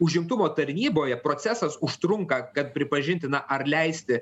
užimtumo tarnyboje procesas užtrunka kad pripažinti na ar leisti